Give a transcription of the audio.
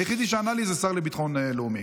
היחידי שענה לי זה השר לביטחון לאומי.